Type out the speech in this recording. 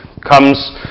Comes